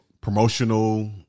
promotional